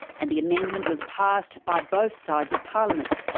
and the amendment was passed by both sides of parliament.